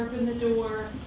the door.